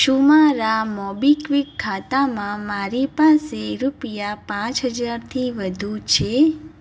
શું મારા મોબીક્વિક ખાતામાં મારી પાસે રૂપિયા પાંચ હજારથી વધુ છે